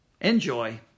Enjoy